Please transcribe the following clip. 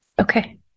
Okay